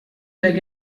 like